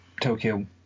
Tokyo